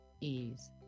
Ease